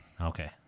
Okay